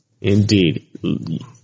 Indeed